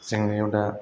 जेंनायाव दा